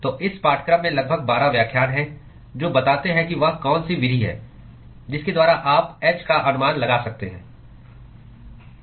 तो इस पाठ्यक्रम में लगभग 12 व्याख्यान हैं जो बताते हैं कि वह कौन सी विधि है जिसके द्वारा आप h का अनुमान लगा सकते हैं